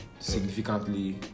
Significantly